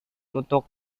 untuk